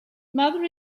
mother